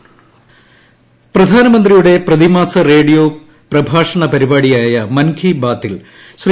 മൻ കി ബാത്ത് പ്രധാനമന്ത്രിയുടെ പ്രതിമാസ റേഡിയോ പ്രഭാഷണ പരിപാടിയായ മൻ കി ബാത്തിൽ ശ്രീ